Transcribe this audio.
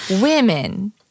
Women